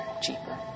cheaper